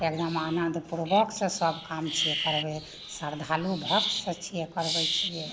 एकदम आनंद पुरबकसँ सब काम छियै करबै श्रद्धालु भक्तसँ छियै करबै छियै